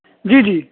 جی جی